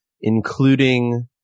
including